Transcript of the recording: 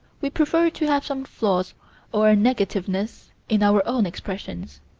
we prefer to have some flaws or negativeness in our own expressions.